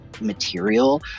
material